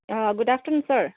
good afternoon sir